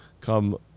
come